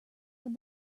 when